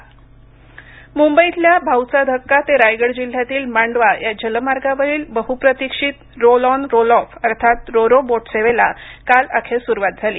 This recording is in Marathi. रो रो सेवा मुंबईतला भाऊचा धक्का ते रायगड जिल्ह्यातील मांडवा या जलमार्गावरील बहुप्रतीक्षित रोल ऑन रोल ऑफ अर्थात रो रो बोट सेवेला काल अखेर सुरूवात झाली